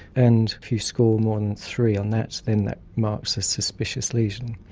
and if you score more than three on that then that marks a suspicious lesion.